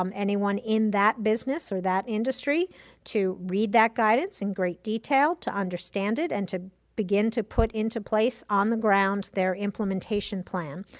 um anyone in that business or that industry to read that guidance in great detail, to understand it, and to begin to put into place on the ground their implementation plan.